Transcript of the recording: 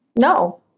no